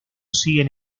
siguen